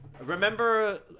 Remember